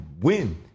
win